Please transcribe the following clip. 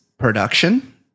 production